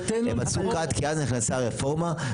כי אז נכנסה רפורמה,